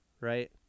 right